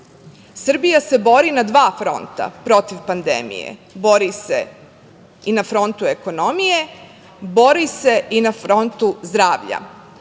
se bori na dva fronta protiv pandemije. Bori se i na frontu ekonomije, bori se i na frontu zdravlja.